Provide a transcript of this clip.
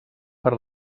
per